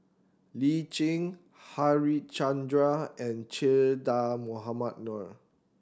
Lee Tjin Harichandra and Che Dah Mohamed Noor